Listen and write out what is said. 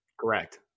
Correct